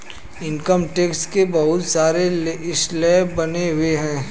income tax के बहुत सारे स्लैब बने हुए हैं